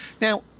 now